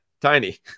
tiny